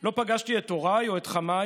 לא פגשתי את הוריי או את חמיי,